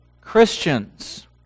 Christians